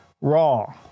Wrong